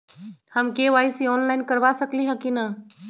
हम KYC online करवा सकली ह कि न?